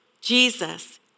Jesus